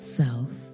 self